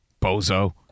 Bozo